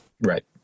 Right